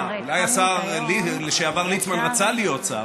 אולי השר לשעבר ליצמן רצה להיות שר,